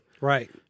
Right